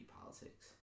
politics